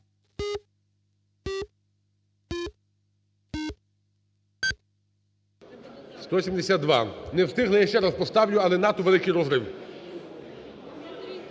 За-175 Не встигли. Я ще раз поставлю, але надто великий розрив.